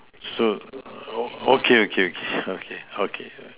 so okay okay okay okay okay